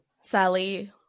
Sally